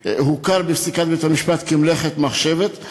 הוכר בפסיקת בית-המשפט כמלאכת מחשבת,